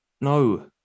No